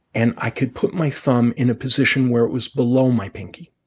and i could put my thumb in a position where it was below my pinky.